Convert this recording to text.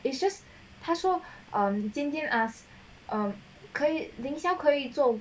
it's just 他说 um 尖尖 ask 可以零下可以做